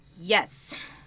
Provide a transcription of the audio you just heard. Yes